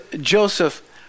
Joseph